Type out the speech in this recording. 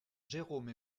jérome